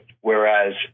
Whereas